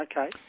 Okay